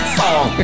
song